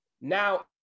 now